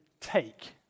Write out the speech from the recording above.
take